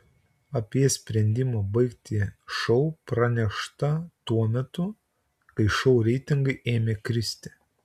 apie sprendimą baigti šou pranešta tuo metu kai šou reitingai ėmė kristi